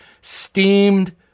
steamed